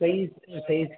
size size